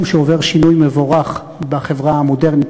שעובר שינוי מבורך בחברה המודרנית,